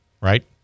right